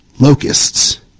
locusts